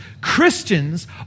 Christians